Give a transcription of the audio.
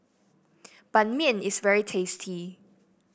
Ban Mian is very tasty